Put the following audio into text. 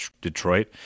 Detroit